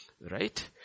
Right